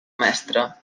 mestre